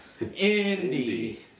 Indy